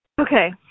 Okay